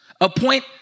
Appoint